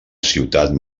ciutat